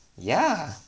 ya